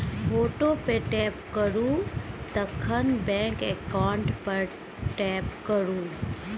photo पर tap करु तखन बैंक अकाउंट पर टैप करु